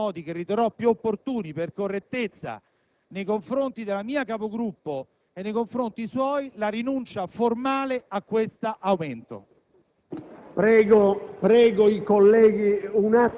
che da oggi adotterò, nelle forme e nei modi che riterrò più opportuni per correttezza nei confronti della mia Capogruppo e nei confronti suoi, la rinuncia formale a questo aumento.